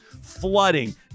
flooding